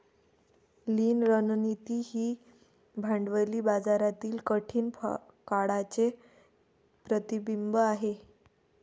लीन रणनीती ही भांडवली बाजारातील कठीण काळाचे प्रतिबिंब आहे